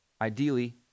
ideally